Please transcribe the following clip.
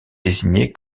désigné